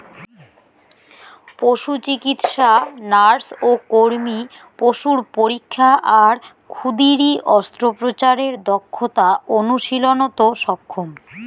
পশুচিকিৎসা nurse ও কর্মী পশুর পরীক্ষা আর ক্ষুদিরী অস্ত্রোপচারের দক্ষতা অনুশীলনত সক্ষম